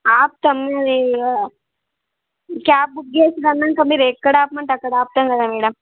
ఆపుతాము అయ్యో cab book చేసినాము అన్నాక మీరు ఎక్కడ ఆపమంటే అక్కడ ఆపుతాముగా మేడం